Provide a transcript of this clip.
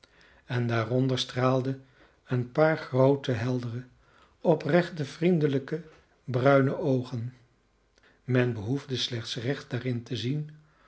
en daaronder straalden een paar groote heldere oprechte vriendelijke bruine oogen men behoefde slechts recht daarin te zien